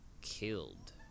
killed